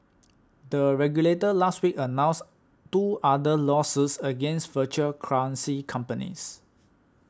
the regulator last week announced two other lawsuits against virtual currency companies